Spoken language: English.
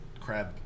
crab